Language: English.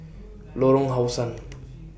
Lorong How Sun